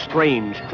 Strange